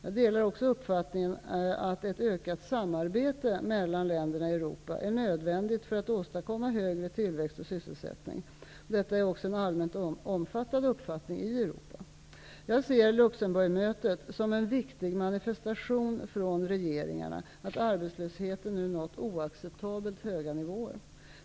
Jag delar också uppfattningen att ett ökat samarbete mellan länderna i Europa är nödvändigt för att åstadkomma högre tillväxt och sysselsättning. Detta är också en allmänt omfattad uppfattning i Europa. Jag ser Luxemburgmötet som en viktig manifestation från regeringarna att arbetslösheten nu nått oacceptabelt höga nivåer.